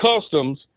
customs